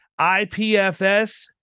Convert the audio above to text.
IPFS